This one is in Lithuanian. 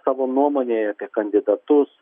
savo nuomonei apie kandidatus